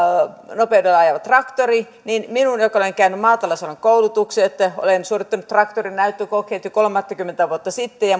kulkeva traktori niin minun joka olen käynyt maatalousalan koulutukset olen suorittanut traktorin näyttökokeet jo kolmattakymmenettä vuotta sitten ja